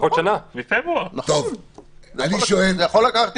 אם אני לא לוקח את